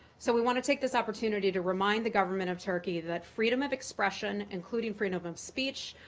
so we want to take this opportunity to remind the government of turkey that freedom of expression, including freedom of of speech,